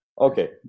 okay